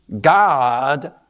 God